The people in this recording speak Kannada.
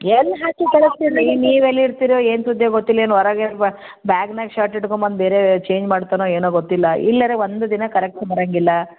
ಎಲ್ಲಿ ಹಾಕಿ ಕಳಸ್ತಿರಾ ರೀ ನೀವು ಎಲ್ಲಿರ್ತೀರೋ ಏನು ಸುದ್ದಿಯೋ ಗೊತ್ತಿಲ್ಲ ಏನು ಹೊರಗೆದ್ ಬಾ ಬ್ಯಾಗ್ನಾಗ ಷರ್ಟ್ ಇಟ್ಕೊ ಬಂದು ಬೇರೆ ಚೇಂಜ್ ಮಾಡ್ತಾನೋ ಏನೋ ಗೊತ್ತಿಲ್ಲ ಇಲ್ಲರೆ ಒಂದು ದಿನ ಕರೆಕ್ಟ್ ಬರೋಂಗಿಲ್ಲ